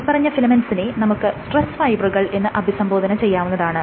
മേല്പറഞ്ഞ ഫിലമെൻറ്സിനെ നമുക്ക് സ്ട്രെസ് ഫൈബറുകൾ എന്ന് അഭിസംബോധന ചെയ്യാവുന്നതാണ്